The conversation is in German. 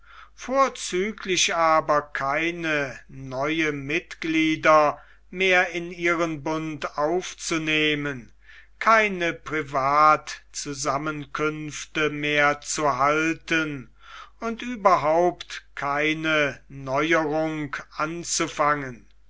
vorzüglich aber keine neuen mitglieder mehr in ihren bund aufzunehmen keine privatzusammenkünfte mehr zu halten und überhaupt keine neuerung anzufangen